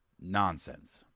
nonsense